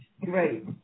Great